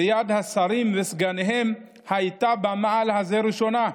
ויד השרים והסגנים הייתה במעל הזה ראשונה.